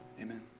Amen